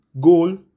goal